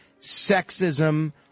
sexism